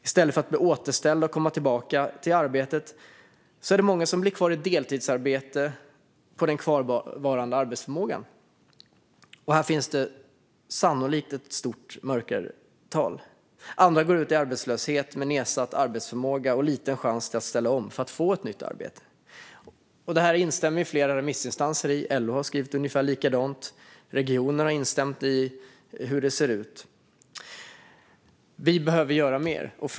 I stället för att bli återställda och komma tillbaka till arbetet är det många som blir kvar i deltidsarbete på den kvarvarande arbetsförmågan. Här finns det sannolikt ett stort mörkertal. Andra går ut i arbetslöshet med nedsatt arbetsförmåga och liten chans till att ställa om för att få ett nytt arbete. Det här instämmer flera remissinstanser i. LO har skrivit ungefär likadant, och även regioner har instämt i att det ser ut så här. Vi behöver göra mer.